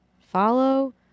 follow